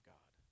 God